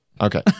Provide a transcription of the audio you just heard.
okay